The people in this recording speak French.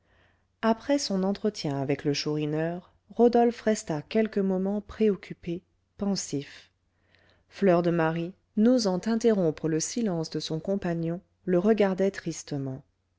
après son entretien avec le chourineur rodolphe resta quelques moments préoccupé pensif fleur de marie n'osant interrompre le silence de son compagnon le regardait tristement